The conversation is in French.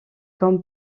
comme